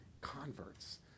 converts